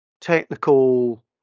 technical